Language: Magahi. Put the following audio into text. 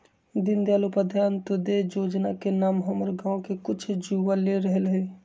दीनदयाल उपाध्याय अंत्योदय जोजना के नाम हमर गांव के कुछ जुवा ले रहल हइ